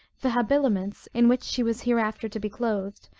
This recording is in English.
the habiliments, in which she was hereafter to be clothed,